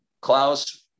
Klaus